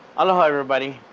aloha everybody,